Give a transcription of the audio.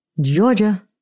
Georgia